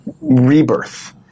rebirth